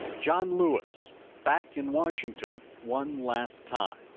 john lewis back in washington one last time.